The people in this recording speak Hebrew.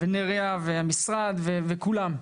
שי ונריה והמשרד, וכולם.